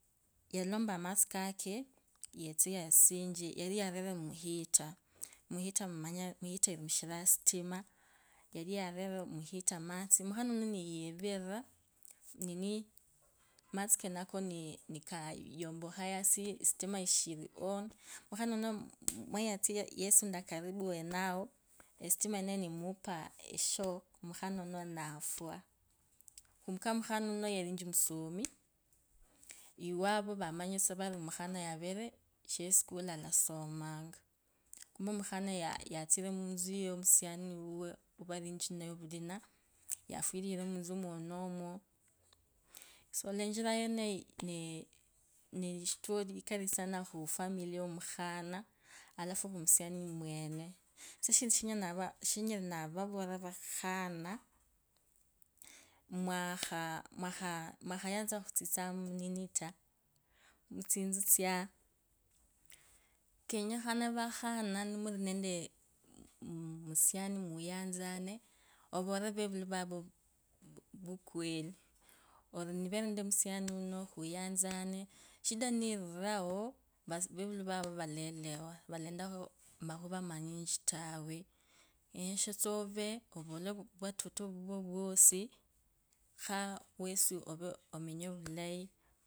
𝖸𝖺𝗅𝗈𝗆𝗉𝖺 𝖺𝗆𝖺𝗍𝗌𝗂𝗄𝖺𝗄𝖾 𝗒𝖾𝗍𝗌𝖾 𝗒𝖾𝗌𝗂𝖼𝗁𝖾 𝗒𝖺𝗋𝗂 𝗒𝖺𝗏𝖾𝗋𝖾 𝗆𝗎𝗁𝖾𝖺𝗍𝖾𝗋 𝗆𝗎𝗁𝖾𝖺𝗍𝖾𝗋 𝗎𝗆𝖺𝗇𝗒𝖾 𝗂𝗋𝗎𝗆𝗂𝗌𝗁𝗂𝗋𝖺𝗇𝗀𝖺 𝖾𝗌𝗂𝗍𝗂𝗆𝖺 𝗎𝗆𝗎𝗄𝗁𝖺𝗇𝖺 𝗎𝗇𝗈 𝗇𝗂𝗒𝖾𝗏𝗂𝗋𝗂𝗓𝖺 𝗇𝗂𝗇𝗂 𝗆𝖺𝗍𝗌𝗂 𝗄𝖺𝗇𝖺𝗄𝗈 𝗇𝗂𝗄𝖺 𝗇𝗂𝗄𝖺 𝗒𝖺𝗆𝗉𝗈𝗄𝗁𝖺𝗒𝖺𝗌𝗂 𝖾𝗌𝗂𝗍𝗂𝗆𝖺 𝗂𝗌𝗁𝗂𝗋𝗂 𝗎𝗇𝗈 𝗎𝗆𝗎𝗄𝗁𝖺 𝗇𝖺 𝗎𝗇𝗈 𝗒𝖾𝗌𝗎𝗇𝗀𝖺 𝗄𝖺𝗋𝗂𝖻𝗎 𝗐𝖺𝗇𝖺𝗈 𝖾𝗌𝗂𝗍𝗂𝗆𝖺 𝗒𝖾𝗇𝖾𝗒𝗈 𝗇𝗂𝗒𝗂𝗆𝗎𝗉𝖺 𝖾𝗌𝗁𝗈𝖼𝗄 𝗈𝗆𝗎𝗄𝗁𝖺̊𝗇𝖺 𝗇𝖺𝖿𝗐𝖺 𝗄𝗎𝗆𝖻𝗎𝗄𝖺 𝗈𝗆𝗎𝗄𝗁𝖺𝗇𝖺 𝗐𝖾𝗇𝗈𝗒𝗈 𝗒𝖺𝗅𝗂𝗇𝗃𝗂 𝗎𝗆𝗎𝗌𝗈𝗆𝗂 𝗒𝖾𝗐𝖺𝗏𝗈 𝗏𝖺𝗆𝗂𝗇𝗒𝗂𝗌𝖾 𝗏𝖺𝗋𝗂 𝗎𝗏𝖾𝗋𝖾 𝗌𝗁𝖾𝗌𝗎𝗄𝗎𝗅𝗎 𝖺𝗅𝖺𝗌𝗈𝗆𝖺𝗇𝗀𝖺 𝗄𝗎𝗆𝖻𝖾 𝗈𝗆𝗎𝗄𝗁𝖺𝗇𝖺 𝗒𝖺𝗍𝗌𝗂𝗋𝖾 𝗆𝗎𝗒𝗂𝗍𝗌𝗎 𝗒𝗈𝗆𝗎𝗌𝗂𝖺𝗇𝗂 𝗐𝖺𝗏𝖺𝗅𝗂𝗇𝗃𝗂 𝗇𝗂𝗇𝖺𝗒𝖾 𝗎𝗏𝗎𝗅𝖺𝗇𝖺 𝗒𝖺𝖿𝗐𝗂𝗋𝗂𝗋𝖾 𝗆𝗎𝗍𝗌𝗎 𝗆𝗐𝗈𝗇𝗈𝗆𝗈 𝗌𝗈𝗅𝖾𝗇𝗃𝖾𝗋𝖺𝗇𝗀𝖺 𝗅𝗂𝖾𝗇𝗈𝗅𝗈 𝗇𝖾𝗅𝗂 𝗇𝖾𝗅𝗂𝗌𝗁𝗎𝗍𝗌𝗈 𝗅𝗂𝗄𝖺𝗅𝗂 𝗌𝖺𝗇𝖺 𝗄𝗁𝗎𝖿𝖺𝗆𝗂𝗅𝗂 𝗒𝗈𝗆𝗎𝗄𝗁𝖺𝗇𝖺 𝖺𝗅𝖺𝖿𝗎 𝗄𝗁𝗎𝗆𝗎𝗌𝗂𝖺𝗇𝗂 𝗆𝗐𝖾𝗇𝖾 𝗌𝖺𝗌𝖺 𝖾𝗌𝗁𝗂𝗇𝖽𝗎 𝗌𝗁𝖾𝖾 𝗌𝗁𝖾𝗇𝗒𝖺𝗅𝖺 𝗇𝖽𝖺𝗏𝖺𝗏𝗎𝗋𝗂𝗋𝖺 𝗈𝗏𝖺𝗄𝗁𝖺𝗇𝖺 𝗆𝗐𝖺𝗄𝗁𝖺𝗒𝖺𝗍𝗌𝖺 𝗄𝗁𝗎𝗍𝗌𝗂𝗍𝗌𝖺𝗇𝗀𝖺 𝗆𝗎𝗇𝗂𝗇𝗂 𝗍𝖺 𝗆𝗎𝗍𝗌𝗂𝗍𝗌𝗎 𝗍𝗌𝗂𝗈 𝗄𝖾𝗇𝗒𝖾𝗄𝗁𝖺𝗇𝖺 𝗏𝖺𝗄𝗁𝖺𝗇𝖺 𝗇𝗂𝗆𝗎𝗅𝗂 𝗇𝖾𝗇𝖽𝖾 𝗏𝖺𝗌𝗂𝖺𝗇𝗂 𝗆𝗎𝗒𝖺𝗍𝗌𝖺𝗇𝖾 𝗎𝗏𝗎𝗋𝗂𝗋𝖾 𝗏𝖾𝗋𝗎𝗋𝗂 𝗏𝖺𝗏𝗈 𝗏𝗎𝗄𝗐𝖾𝗅𝗂 𝖮𝗋𝗂𝗇𝖽𝗂𝗏𝖾𝗋𝖾 𝗇𝖾𝗇𝖽𝖾 𝗆𝗎𝗌𝗂𝖺𝗇𝗂 𝗎𝗇𝗈 𝗄𝗁𝗎𝗒𝖺𝗍𝗌𝖺𝗇𝖾 𝗌𝗁𝗂𝖽𝖺 𝗇𝗂𝗒𝗂𝗋𝗎𝗋𝗈𝗈 𝖺𝗏𝖾𝗏𝗎𝗅𝗂 𝗏𝖺𝗅𝖾𝗅𝖾𝗐𝖺 𝗏𝖺𝗅𝖾𝗇𝖽𝖺𝗄𝗁𝗈 𝖺𝗆𝖺𝗄𝗁𝗎𝗏𝖺 𝗆𝖺𝗇𝗒𝗂𝗇𝗃𝗂 𝗍𝖺𝗐𝖾 𝗄𝖾𝗇𝗒𝖺𝗄𝗁𝖺 𝗍𝗌𝖺 𝖺𝗏𝗈𝗅𝖾 𝗏𝗐𝖺𝗍𝗈𝗍𝗈 𝗏𝗂𝗏𝗎 𝗏𝗈𝗌𝗂 𝗄𝗁𝖺𝗐𝖾𝗌𝗂 𝗎𝗆𝖾𝗇𝗒𝖾 𝗏𝗎𝗅𝖺𝗒𝗂